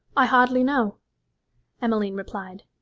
i hardly know emmeline replied,